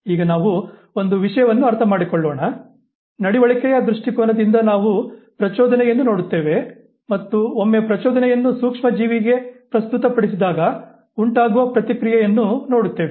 ಈಗ ನಾವು ಒಂದು ವಿಷಯವನ್ನು ಅರ್ಥಮಾಡಿಕೊಳ್ಳೋಣ ನಡವಳಿಕೆಯ ದೃಷ್ಟಿಕೋನದಿಂದ ನಾವು ಪ್ರಚೋದನೆಯನ್ನು ನೋಡುತ್ತೇವೆ ಮತ್ತು ಒಮ್ಮೆ ಪ್ರಚೋದನೆಯನ್ನು ಸೂಕ್ಷ್ಮಜೀವಿಗೆ ಪ್ರಸ್ತುತಪಡಿಸಿದಾಗ ಉಂಟಾಗುವ ಪ್ರತಿಕ್ರಿಯೆಯನ್ನು ನೋಡುತ್ತೇವೆ